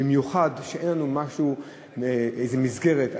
במיוחד כשאין לנו איזו מסגרת,